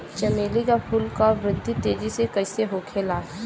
चमेली क फूल क वृद्धि तेजी से कईसे होखेला?